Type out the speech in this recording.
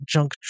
Junk